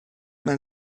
mein